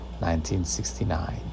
1969